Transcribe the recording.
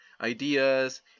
ideas